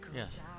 Yes